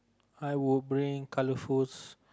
I will bring colorful